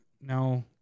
No